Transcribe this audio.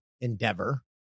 endeavor